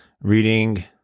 reading